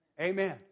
Amen